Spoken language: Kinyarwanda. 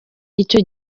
icyo